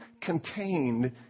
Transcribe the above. contained